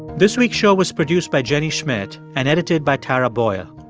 this week's show was produced by jenny schmidt and edited by tara boyle.